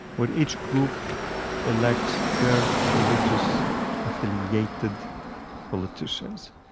where each group elects their religious affiliated politicians,